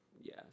Yes